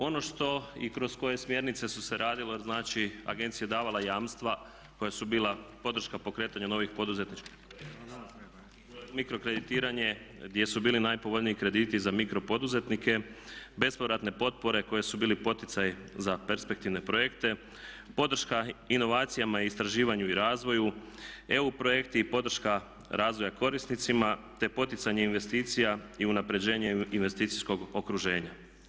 Ono što i kroz koje smjernice su se radile, znači agencija je davala jamstva koja su bila podrška pokretanja novih poduzetničkih, mikro kreditiranje gdje su bili najpovoljniji krediti za mikro poduzetnike, bespovratne potpore koji su bili poticaji za perspektivne projekte, podrška inovacijama i istraživanju i razvoju, EU projekti i podrška razvoja korisnicima, te poticanje investicija i unapređenje investicijskog okruženja.